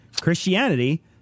christianity